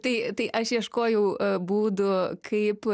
tai tai aš ieškojau būdų kaip